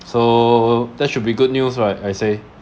so that should be good news right I say